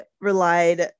relied